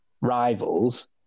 rivals